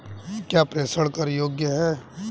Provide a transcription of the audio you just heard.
क्या प्रेषण कर योग्य हैं?